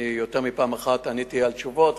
יותר מפעם אחת עניתי תשובות,